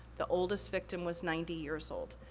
the oldest victim was ninety years old.